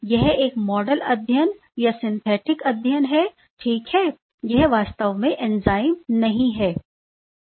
यह एक मॉडल अध्ययन या सिंथेटिक अध्ययन है ठीक है यह वास्तव में एंजाइम नहीं है